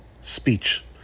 speech